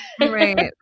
Right